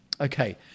Okay